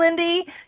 Lindy